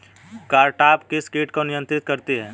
Cartap किस किट को नियंत्रित करती है?